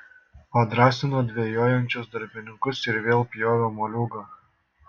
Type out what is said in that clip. padrąsino dvejojančius darbininkus ir vėl pjovė moliūgą